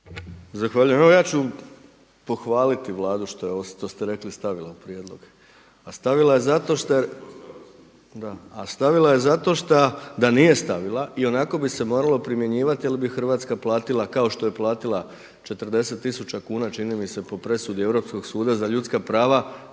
u prijedlog. A stavila je zato što je …/Upadica se ne čuje./… a stavila je zato šta da nije stavila ionako bi se moralo primjenjivati jer bi Hrvatska platila kao što je platila 40 tisuća kuna čini mi se po presudi Europskog suda za ljudska prava